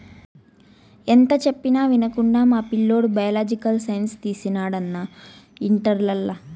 ఎంత చెప్పినా వినకుండా మా పిల్లోడు బయలాజికల్ సైన్స్ తీసినాడు అన్నా ఇంటర్లల